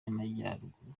y’amajyaruguru